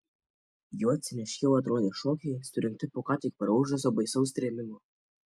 juo ciniškiau atrodė šokiai surengti po ką tik praūžusio baisaus trėmimo